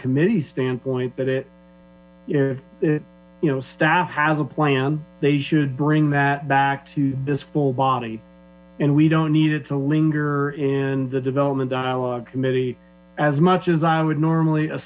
committee standpoint that at you know staff has a plan they should bring that back to this full body and we don't need it to linger in the development dialog committee as much as i would normally a